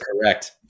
correct